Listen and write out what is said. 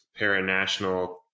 Paranational